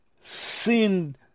sin